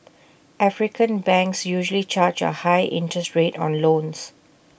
African banks usually charge A high interest rate on loans